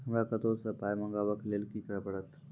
हमरा कतौ सअ पाय मंगावै कऽ लेल की करे पड़त?